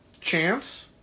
chance